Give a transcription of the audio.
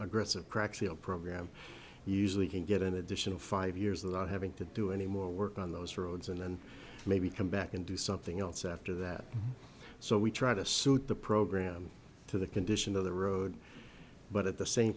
seal program you usually can get an additional five years of that having to do any more work on those roads and then maybe come back and do something else after that so we try to suit the program to the condition of the road but at the same